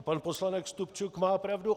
Pan poslanec Stupčuk má pravdu.